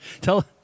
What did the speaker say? Tell